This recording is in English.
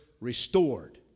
restored